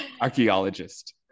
archaeologist